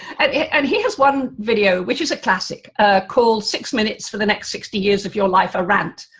and and he has one video, which is a classic called six minutes for the next sixty years of your life a rant,